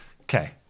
Okay